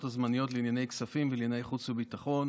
הזמניות לענייני כספים ולענייני חוץ וביטחון